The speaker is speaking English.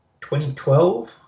2012